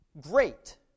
great